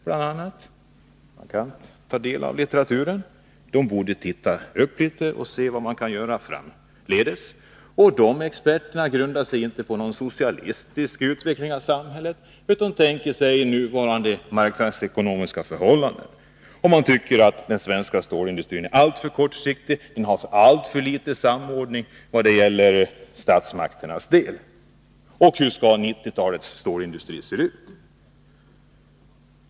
Man kan ta del av den litteraturen. De borde se upp litet och försöka finna vad man kan göra framdeles. Experterna grundar sig inte på en socialistisk utveckling av samhället, utan de tänker sig nuvarande marknadsekonomiska förhållanden. Man tycker att den svenska stålindustrin är alltför kortsiktigt planerad och att den har alltför litet samordning med statsmakterna. Frågan gäller också hur 1990-talets stålverk skall se ut.